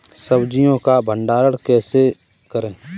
सब्जियों का भंडारण कैसे करें?